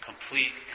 Complete